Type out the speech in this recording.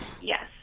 Yes